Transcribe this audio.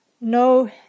no